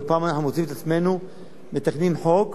לא פעם אנחנו מוצאים את עצמנו מתקנים חוק,